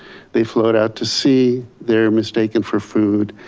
they float out to sea, they are mistaken for food,